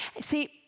See